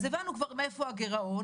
אז הבנו כבר מאיפה הגירעון,